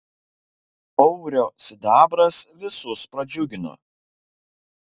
paurio sidabras visus pradžiugino